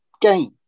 game